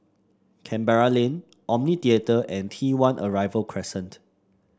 Canberra Lane Omni Theatre and T One Arrival Crescent